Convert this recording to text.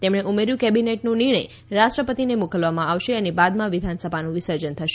તેમણે ઉમેર્યું કેબિનેટનો નિર્ણય રાષ્ટ્રપતિને મોકલવામાં આવશે અને બાદમાં વિધાનસભાનું વિસર્જન થશે